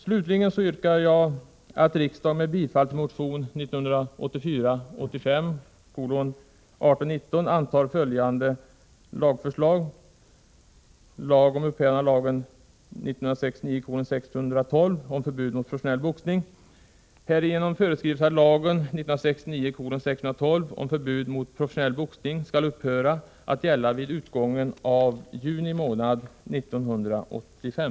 Med hänvisning till det anförda yrkar jag bifall till det till kammarens ledamöter utdelade yrkandet, som lyder: